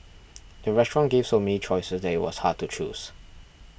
the restaurant gave so many choices that it was hard to choose